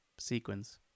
sequence